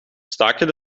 staken